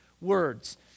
words